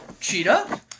Cheetah